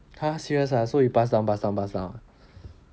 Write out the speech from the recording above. !huh! serious ah so you pass down pass down pass down